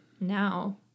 now